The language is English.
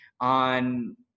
on